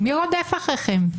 מי רודף אחריכם?